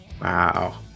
wow